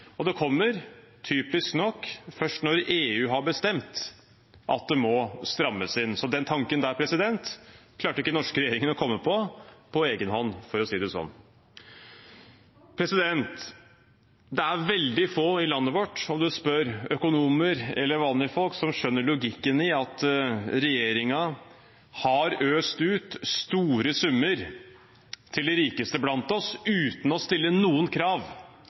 og det kommer, typisk nok, først når EU har bestemt at det må strammes inn. Den tanken klarte ikke den norske regjeringen å komme på på egen hånd, for å si det sånn. Det er veldig få i landet vårt, om man spør økonomer eller vanlige folk, som skjønner logikken i at regjeringen har øst ut store summer til de rikeste blant oss uten å stille noen krav